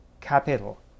capital